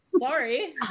Sorry